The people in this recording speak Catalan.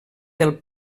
del